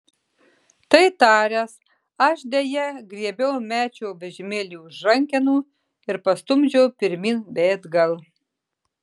tai taręs aš deja griebiau mečio vežimėlį už rankenų ir pastumdžiau pirmyn bei atgal